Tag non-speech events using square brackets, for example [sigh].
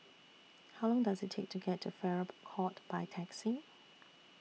[noise] How Long Does IT Take to get to Farrer Court By Taxi